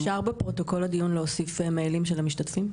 אפשר בפרוטוקול הדיון להוסיף מיילים של המשתתפים?